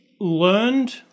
learned